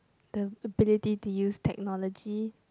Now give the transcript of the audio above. the ability to use technology